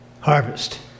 harvest